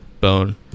bone